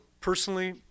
personally